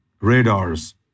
radars